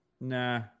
Nah